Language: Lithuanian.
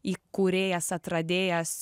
įkūrėjas atradėjas